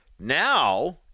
Now